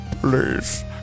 Please